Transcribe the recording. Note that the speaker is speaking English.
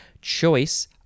choice